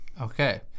Okay